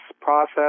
process